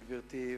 גברתי,